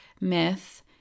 myth